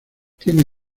tiene